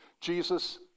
Jesus